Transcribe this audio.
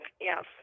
Yes